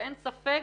ואין ספק